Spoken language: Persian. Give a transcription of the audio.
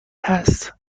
هست